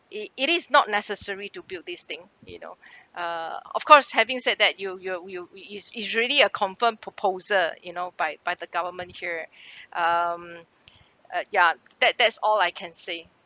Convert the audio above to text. it it is not necessary to build these thing you know uh of course having said that you you you it is usually a confirm proposal you know by by the government here um ugh ya that that's all I can say